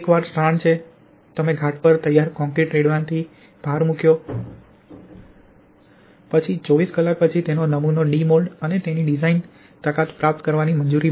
એકવાર સ્ટ્રાન્ડ છે તમે ઘાટ પર તૈયાર કોંક્રિટ રેડવાની પર ભાર મૂક્યો પછી 24 કલાક પછી તેનો નમૂનો છે ડી મોલ્ડ અને તેની ડિઝાઇન તાકાત પ્રાપ્ત કરવાની મંજૂરી